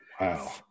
Wow